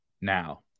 now